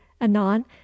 anon